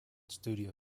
studio